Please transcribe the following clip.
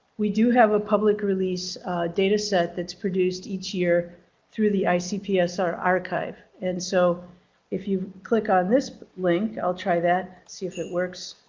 we do have a public release data set that's produced each year through the icpsr archive. and so if you click on this link, i'll try that see if it works.